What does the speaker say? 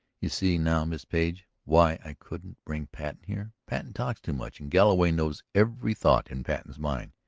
you see now, miss page, why i couldn't bring patten here? patten talks too much and galloway knows every thought in patten's mind.